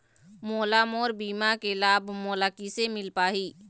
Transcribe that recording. मोला मोर बीमा के लाभ मोला किसे मिल पाही?